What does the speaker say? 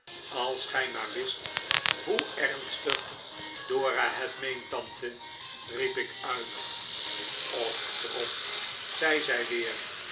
als gij maar wist hoe ernstig dora het meent tante riep ik uit och trot zei zij weer